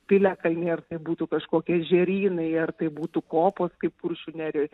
piliakalniai ar tai būtų kažkokie ežerynai ar tai būtų kopos kaip kuršių nerijoj